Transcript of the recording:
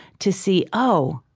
to see, oh!